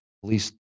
police